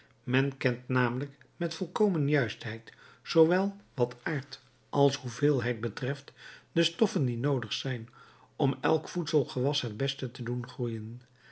men kent namelijk met volkomen juistheid zoowel wat aard als hoeveelheid betreft de stoffen die noodig zijn om elk voedselgewas het best te doen groeijen